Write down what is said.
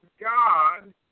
God